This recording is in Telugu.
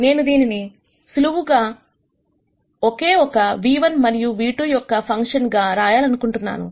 నేను దీనిని సులువుగా ఒకే ఒక v1 మరియు v2 యొక్క ఫంక్షన్ గా రాయాలనుకుంటున్నాను